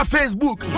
Facebook